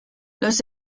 los